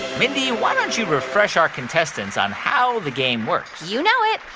mindy, why don't you refresh our contestants on how the game works? you know it.